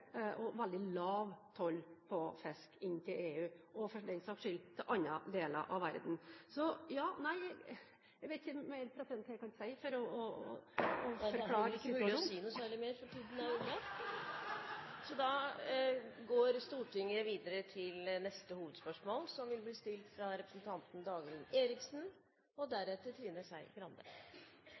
og veldig lav toll på fisk inn til EU – og for den saks skyld til andre deler av verden. Jeg vet ikke hva mer jeg kan si for å forklare situasjonen … Det er heller ikke mulig å si noe særlig mer, for tiden er omme. Da går Stortinget videre til neste hovedspørsmål. Jeg kommer til å snakke om humankapitalen og